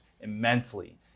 immensely